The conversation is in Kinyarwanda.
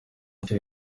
akiri